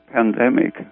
Pandemic